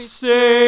say